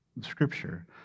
scripture